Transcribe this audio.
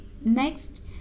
next